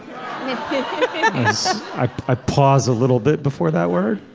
i i pause a little bit before that word.